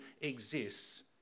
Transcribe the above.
exists